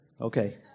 Okay